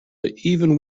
even